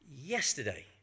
yesterday